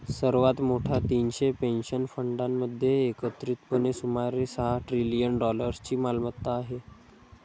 सर्वात मोठ्या तीनशे पेन्शन फंडांमध्ये एकत्रितपणे सुमारे सहा ट्रिलियन डॉलर्सची मालमत्ता आहे